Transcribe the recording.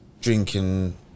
drinking